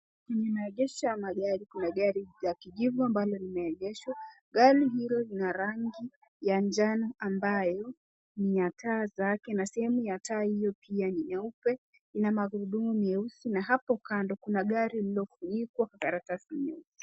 Ni maegesho ya magari. Kuna gari ya kijivu ambalo limeegeshwa. Gari hilo lina rangi ya njano ambayo ni ya taa zake na sehemu ya taa hiyo pia ni nyeupe ina magurudumu meusi na hapo kando kuna gari lililofunikwa karatasi nyeusi.